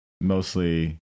mostly